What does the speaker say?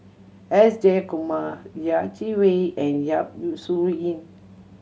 S Jayakumar Yeh Chi Wei and Yap Su Yin